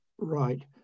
Right